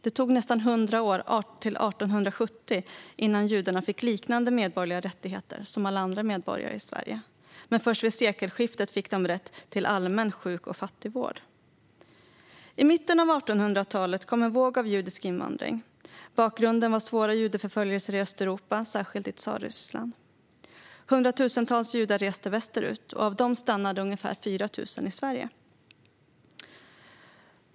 Det dröjde nästan hundra år till, till 1870, innan judarna fick liknande medborgerliga rättigheter som alla andra medborgare i Sverige. Men det var först vid sekelskiftet 1900 som de fick rätt till allmän sjuk och fattigvård. I mitten av 1800-talet kom en våg av judisk invandring. Bakgrunden var svåra judeförföljelser i Östeuropa, särskilt i Tsarryssland. Hundratusentals judar reste västerut. Av dem stannade ungefär 4 000 personer i Sverige.